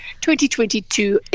2022